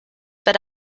but